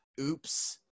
Oops